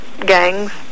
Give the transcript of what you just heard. gangs